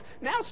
Now